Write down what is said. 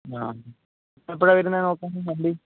ആ എപ്പോഴാണ് വരുന്നത് നോക്കാൻ വണ്ടി